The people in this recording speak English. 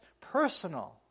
Personal